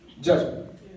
judgment